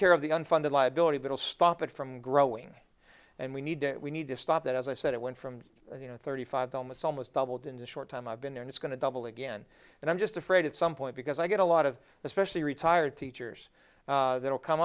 care of the unfunded liability but i'll stop it from growing and we need to we need to stop that as i said it went from you know thirty five months almost doubled in the short time i've been there it's going to double again and i'm just afraid at some point because i get a lot of especially retired teachers that will come